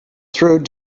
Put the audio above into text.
through